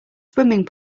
swimming